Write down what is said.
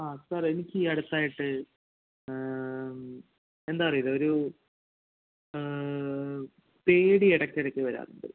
ആ സാറെ എനിക്ക് ഈ അടുത്തായിട്ട് എന്താ അറിയില്ല ഒരൂ പേടി ഇടയ്ക്കിടയ്ക്ക് വരാറുണ്ട്